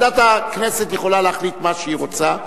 ועדת הכנסת יכולה להחליט מה שהיא רוצה.